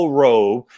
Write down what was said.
robe